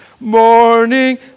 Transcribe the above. Morning